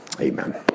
amen